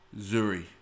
Zuri